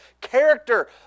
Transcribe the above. character